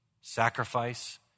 Sacrifice